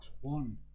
One